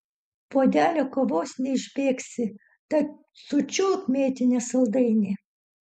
puodelio kavos neišbėgsi tad sučiulpk mėtinį saldainį